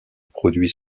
produit